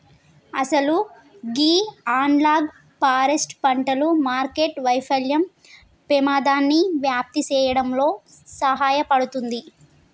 అసలు గీ analogue forest పంటలు మార్కెట్టు వైఫల్యం పెమాదాన్ని వ్యాప్తి సేయడంలో సహాయపడుతుంది